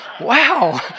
Wow